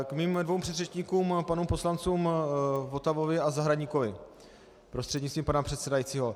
K mým dvěma předřečníkům, panu poslanci Votavovi a Zahradníkovi, prostřednictvím pana předsedajícího.